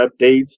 updates